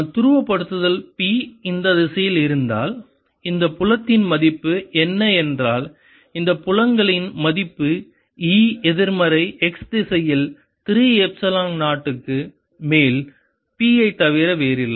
துருவப்படுத்தல் P இந்த திசையில் இருந்தால் இந்த புலத்தின் மதிப்பு என்ன என்றால் இந்த புலங்களின் மதிப்பு E எதிர்மறை x திசையில் 3 எப்சிலன் 0 க்கு மேல் P ஐ தவிர வேறில்லை